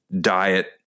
diet